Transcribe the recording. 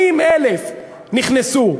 80,000 נכנסו,